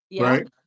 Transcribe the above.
right